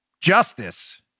justice